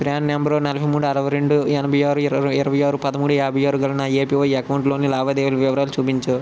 PRAN number నలబై మూడు అరవై రెండు ఎనభై ఆరు ఇరవై ఇరవై ఆరు పదమూడు యాభై ఆరు గల నా ఏపివై అకౌంటులోని లావాదేవీల వివరాలు చూపించు